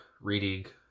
reading